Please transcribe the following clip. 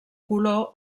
color